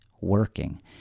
working